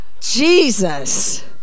Jesus